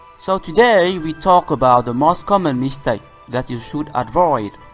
so today, we talk about the most common mistakes that you should avoid?